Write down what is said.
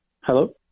Hello